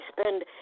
spend